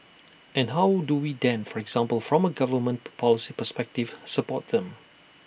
and how do we then for example from A government policy perspective support them